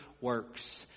works